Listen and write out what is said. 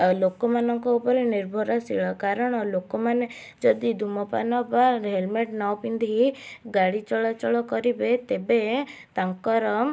ଆଉ ଲୋକମାନଙ୍କ ଉପରେ ନିର୍ଭରଶୀଳ କାରଣ ଲୋକମାନେ ଯଦି ଧୂମପାନ ବା ହେଲମେଟ୍ ନ ପିନ୍ଧି ଗାଡ଼ି ଚଳାଚଳ କରିବେ ତେବେ ତାଙ୍କର